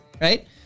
right